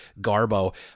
garbo